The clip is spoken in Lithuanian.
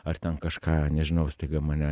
ar ten kažką nežinau staiga mane